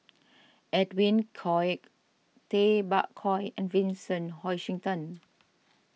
Edwin Koek Tay Bak Koi and Vincent Hoisington